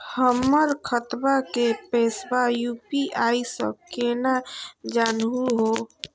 हमर खतवा के पैसवा यू.पी.आई स केना जानहु हो?